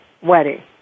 wedding